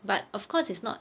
but of course it's not